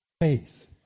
Faith